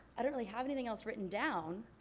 i don't really have anything else written down,